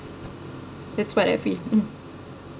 that's what I feel